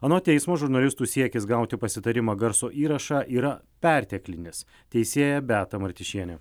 anot teismo žurnalistų siekis gauti pasitarimo garso įrašą yra perteklinis teisėja beata martišienė